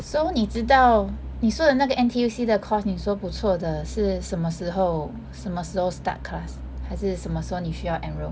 so 你知道你说的那个 N_T_U_C 的 course 你说不错的是什么时候什么时候 start class 还是什么时候你需要 enrol